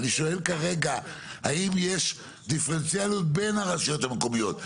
אני שואל כרגע האם יש דיפרנציאליות בין הרשויות המקומיות?